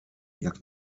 jak